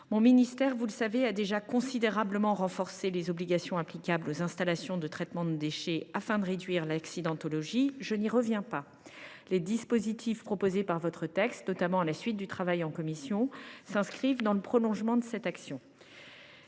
Mon ministère a déjà considérablement renforcé les obligations applicables aux installations de traitement des déchets afin de réduire l’accidentologie – vous le savez, je n’y reviens donc pas. Les dispositifs qui figurent dans le texte, notamment à la suite du travail en commission, s’inscrivent dans le prolongement de cette action.